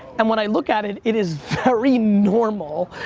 and when i look at it, it is very normal.